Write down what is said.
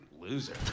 loser